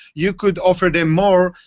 you could offer them more,